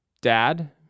dad